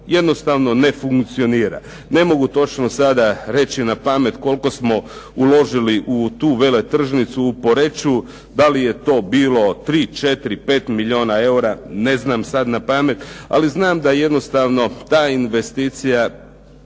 jednostavno ne funkcionira. Ne mogu točno sada reći napamet koliko smo uložili u tu veletržnicu u Poreču, da li je to bilo 3, 4, 5 milijuna eura, ne znam sad napamet, ali znam da jednostavno ta investicija,